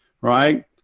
right